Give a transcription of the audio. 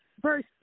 verse